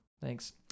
thanks